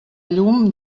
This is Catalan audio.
llum